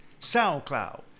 SoundCloud